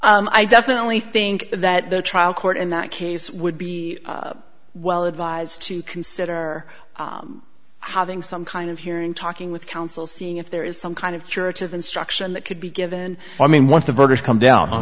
way i definitely think that the trial court in that case would be well advised to consider having some kind of hearing talking with counsel seeing if there is some kind of curative instruction that could be given i mean once the voters come down on